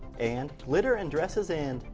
and. glitter and dresses and.